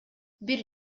бир